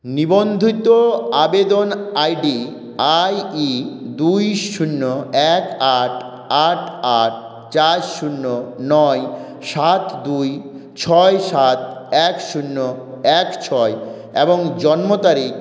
নিবন্ধিত আবেদন I D I E দুই শূন্য এক আট আট আট চার শূন্য নয় সাত দুই ছয় সাত এক শূন্য এক ছয় এবং জন্ম তারিখ